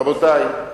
רבותי,